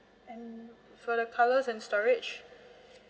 and for the colours and storage